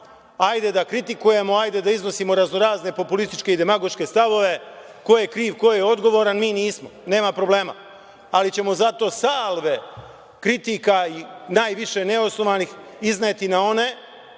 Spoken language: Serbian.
Hajde da kritikujemo, hajde da iznosimo raznorazne populističke i demagoške stavove, ko je kriv, ko je odgovoran, mi nismo. Nema problema, ali ćemo zato salve kritika i najviše neosnovanih izneti na one